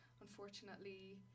unfortunately